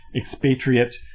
expatriate